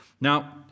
Now